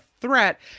threat